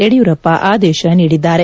ಯಡಿಯೂರಪ್ಪ ಆದೇಶ ನೀಡಿದ್ದಾರೆ